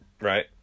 right